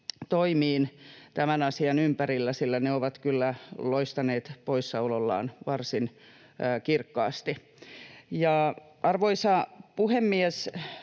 toimiin tämän asian ympärillä, sillä ne ovat kyllä loistaneet poissaolollaan varsin kirkkaasti. Arvoisa puhemies!